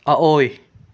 ꯑꯑꯣꯏ